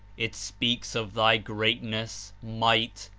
it speaks of thy greatness, might,